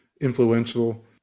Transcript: influential